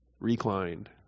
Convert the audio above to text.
Reclined